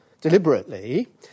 deliberately